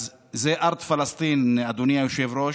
אז זה ארד פלסטין, אדוני היושב-ראש,